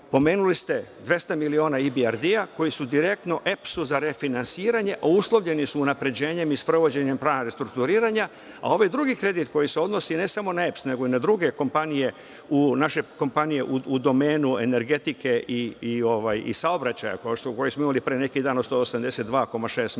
Pomenuli ste 200 miliona IBRD koji su direktno EPS-u dali za refinansiranje, a uslovljeni su unapređenjem i sprovođenjem plana restrukturiranja, a ovaj drugi kredit koji se odnosi ne samo na EPS nego i na druge naše kompanije u domenu energetike i saobraćaja, koji smo imali pre neki dan od 182,6 miliona